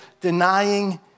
denying